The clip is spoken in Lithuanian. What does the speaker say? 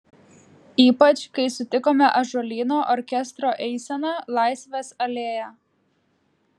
ypač kai sutikome ąžuolyno orkestro eiseną laisvės alėja